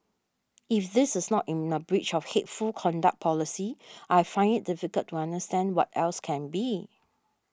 if this is not in a breach of hateful conduct policy I find it difficult to understand what else can be